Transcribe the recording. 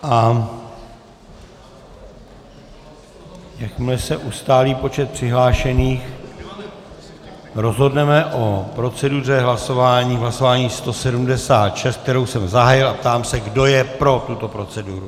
A jakmile se ustálí počet přihlášených, rozhodneme o proceduře hlasování v hlasování 176, které jsem zahájil, a ptám se, kdo je pro tuto proceduru.